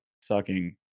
sucking